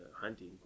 hunting